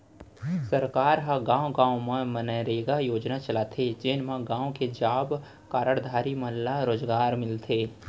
सरकार ह गाँव गाँव म मनरेगा योजना चलाथे जेन म गाँव के जॉब कारड धारी मन ल रोजगार मिलथे